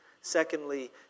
Secondly